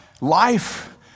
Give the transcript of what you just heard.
life